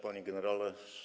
Panie Generale!